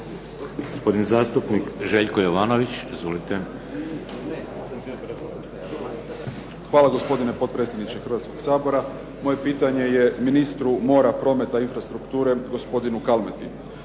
Gospodin zastupnik Željko Jovanović. Izvolite. **Jovanović, Željko (SDP)** Hvala. Gospodine potpredsjedniče Hrvatskoga sabora. Moje pitanje je ministru mora, prometa, infrastrukture gospodinu Kalmeti.